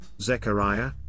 Zechariah